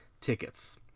tickets